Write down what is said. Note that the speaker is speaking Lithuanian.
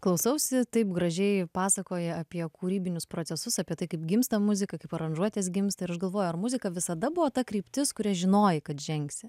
klausausi taip gražiai pasakoja apie kūrybinius procesus apie tai kaip gimsta muzika kaip aranžuotės gimsta ir aš galvoju ar muzika visada buvo ta kryptis kuria žinojai kad žengsi